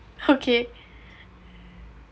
okay